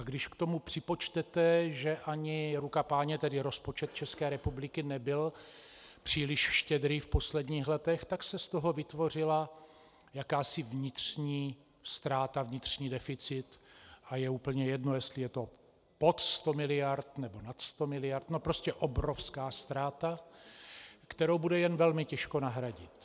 A když k tomu připočtete, že ani ruka Páně, tedy rozpočet České republiky nebyl příliš štědrý v posledních letech, tak se z toho vytvořila jakási vnitřní ztráta, vnitřní deficit, a je úplně jedno, jestli je to pod sto miliard, nebo nad sto miliard, no prostě obrovská ztráta, kterou bude jen velmi těžko nahradit.